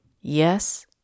Yes